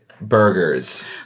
burgers